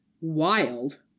wild